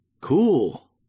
Cool